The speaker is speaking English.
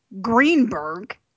Greenberg